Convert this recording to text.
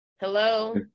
Hello